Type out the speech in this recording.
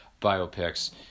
biopics